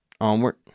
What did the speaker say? onward